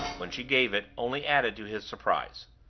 when she gave it, only added to his surprise.